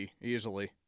easily